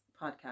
podcast